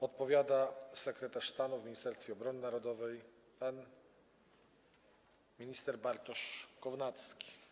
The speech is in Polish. Odpowiada sekretarz stanu w Ministerstwie Obrony Narodowej pan minister Bartosz Kownacki.